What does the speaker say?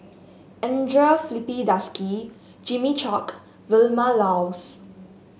Andre Filipe Desker Jimmy Chok Vilma Laus